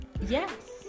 Yes